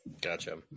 Gotcha